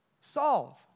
solve